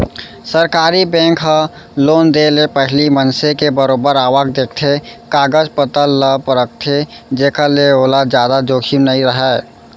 सरकारी बेंक ह लोन देय ले पहिली मनसे के बरोबर आवक देखथे, कागज पतर ल परखथे जेखर ले ओला जादा जोखिम नइ राहय